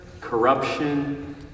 corruption